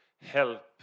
help